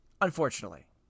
unfortunately